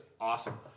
awesome